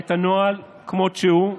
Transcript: את הנוהל כמות שהוא: